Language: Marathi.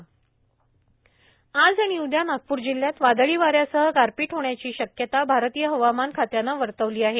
हवामान आज आनि उद्या नागपूर जिल्ह्यात वादळीवाऱ्यासह गारपीट होण्याची शक्यता भारतीय हवामान खात्यान वर्तवलेली आहे